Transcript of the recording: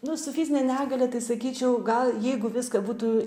nu su fizine negalia tai sakyčiau gal jeigu viską būtų